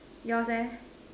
yours eh